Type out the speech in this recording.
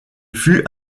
fut